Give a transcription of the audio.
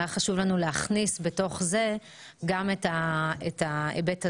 היה חשוב לנו להכניס בתוך זה גם את ההיבט הזה,